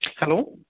hello